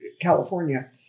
California